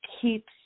keeps